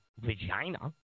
vagina